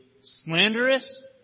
slanderous